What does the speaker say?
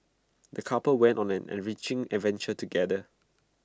the couple went on an enriching adventure together